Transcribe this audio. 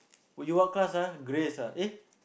what you class ah Grace ah eh